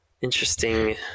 interesting